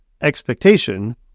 expectation